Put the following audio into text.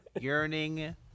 yearning